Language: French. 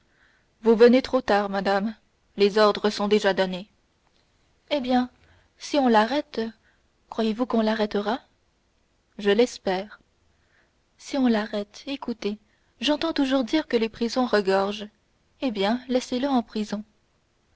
vous venez trop tard madame les ordres sont déjà donnés eh bien si on l'arrête croyez-vous qu'on l'arrêtera je l'espère si on l'arrête écoutez j'entends toujours dire que les prisons regorgent eh bien laissez-le en prison